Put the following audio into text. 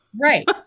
Right